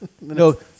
No